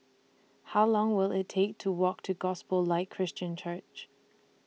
How Long Will IT Take to Walk to Gospel Light Christian Church